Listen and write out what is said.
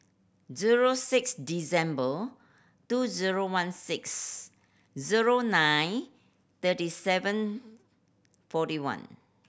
zero six December two zero one six zero nine third seven forty one